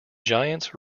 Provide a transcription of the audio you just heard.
giants